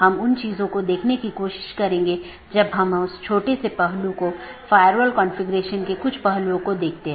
यह पूरे मेश की आवश्यकता को हटा देता है और प्रबंधन क्षमता को कम कर देता है